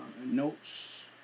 notes